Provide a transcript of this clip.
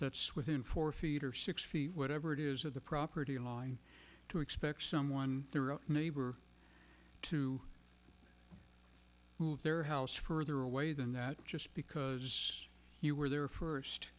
that's within four feet or six feet whatever it is of the property line to expect someone or a neighbor to move their house further away than that just because you were there